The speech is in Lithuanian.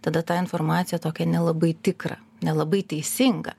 tada tą informaciją tokią nelabai tikrą nelabai teisingą